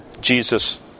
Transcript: Jesus